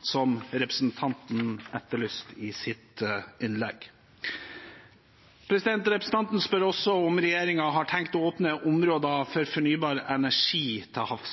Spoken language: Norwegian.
som representanten etterlyste i sitt innlegg. Representanten spør også om regjeringen har tenkt å åpne områder for fornybar energi til havs.